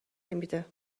نمیده